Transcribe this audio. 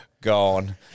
gone